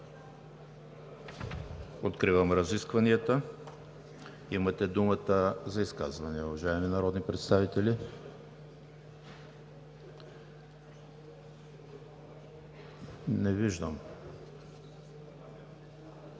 Откривам разискванията. Имате думата за изказвания, уважаеми народни представители. Има